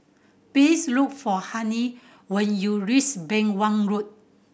please look for Halie when you reach Beng Wan Road